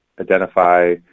identify